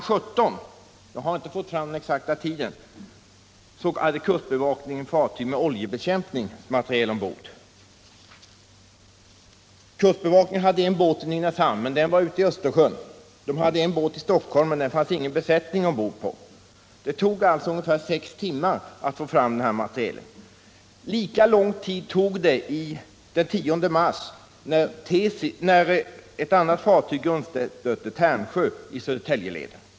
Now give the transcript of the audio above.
17 — jag har inte kunnat få fram den exakta tiden — hade kustbevakningen ett fartyg med oljebekämpningsmateriel ombord där ute. Kustbevakningen hade visserligen en båt stationerad i Nynäshamn, men den var vid tillfället ute i Östersjön, och en annan båt låg i Stockholm, men ombord på den båten fanns det ingen besättning. Det tog alltså ungefär sex timmar att få fram materielen! Lika lång tid dröjde det den 10 mars, när ett annat fartyg, Tärnsjö, grundstötte i Södertäljeleden.